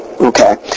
okay